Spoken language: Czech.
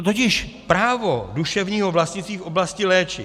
Totiž právo duševního vlastnictví v oblasti léčiv.